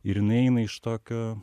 ir jinai eina iš tokio